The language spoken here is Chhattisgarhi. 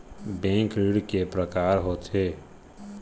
बैंक ऋण के प्रकार के होथे?